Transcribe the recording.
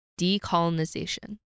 Decolonization